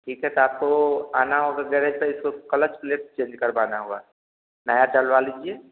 ठीक है तो आपको आना होगा गैरेज पर इसको कलच प्लेट चेंज करवाना होगा नया डलवा लीजिए